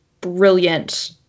brilliant